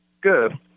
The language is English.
Good